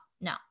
no